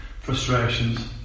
frustrations